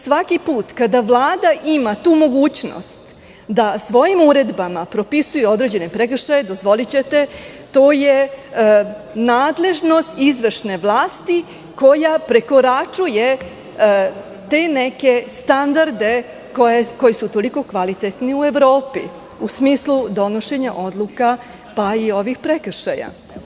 Svaki put kada Vlada ima tu mogućnost da svojim uredbama propisuje određene prekršaje, dozvolićete to je nadležnost izvršne vlasti koja prekoračuje te neke standarde koji su toliko kvalitetni u Evropi u smislu donošenja odluka pa i ovih prekršaja.